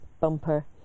bumper